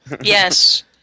Yes